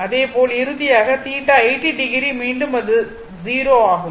அதேபோல் இறுதியாக θ 80o மீண்டும் அது 0 ஆகும்